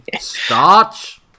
Starch